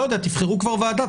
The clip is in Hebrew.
תבחרו כבר ועדה,